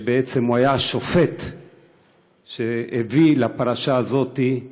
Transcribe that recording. שהיה השופט שהביא לפרשה הזאת,.